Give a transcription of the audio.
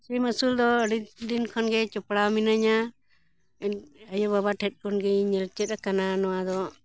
ᱥᱤᱢ ᱟᱹᱥᱩᱞ ᱫᱚ ᱟᱹᱰᱤ ᱫᱤᱱ ᱠᱷᱚᱱᱜᱮ ᱡᱚᱯᱲᱟᱣ ᱢᱤᱱᱟᱹᱧᱟ ᱟᱭᱳ ᱵᱟᱵᱟ ᱴᱷᱮᱱ ᱠᱷᱚᱱᱜᱮ ᱧᱮᱞ ᱪᱮᱫ ᱟᱠᱟᱱᱟ ᱱᱚᱣᱟ ᱫᱚ